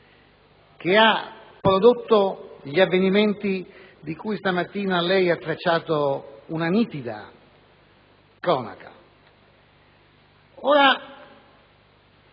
che ha prodotto gli avvenimenti di cui questa mattina lei ha tracciato una nitida cronaca. Non